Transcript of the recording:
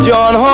John